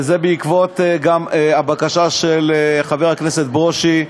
וזה בעקבות הבקשה של חבר הכנסת ברושי,